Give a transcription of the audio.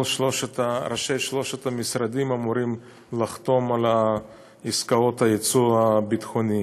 כל ראשי שלושת המשרדים אמורים לחתום על עסקאות היצוא הביטחוני.